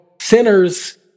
sinners